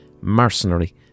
mercenary